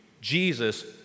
Jesus